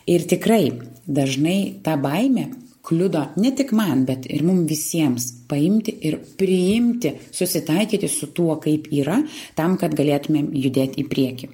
ir tikrai dažnai ta baimė kliudo ne tik man bet ir mum visiems paimti ir priimti susitaikyti su tuo kaip yra tam kad galėtumėm judėt į priekį